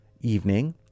evening